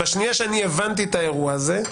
בשנייה שאני הבנתי את האירוע הזה,